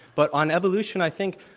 but on evolution, i think,